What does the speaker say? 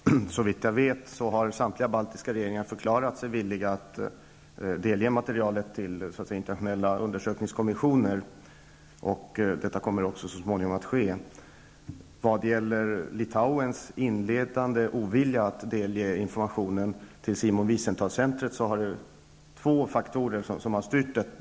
Herr talman! Såvitt jag vet har samtliga baltiska regeringar förklarat sig villiga att delge materialet till internationella undersökningskommissioner. Detta kommer också att ske så småningom. Två faktorer har styrkt Litauens inledande ovilja att delge information till Simon Wiesentahl-centret.